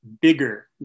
bigger